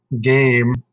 game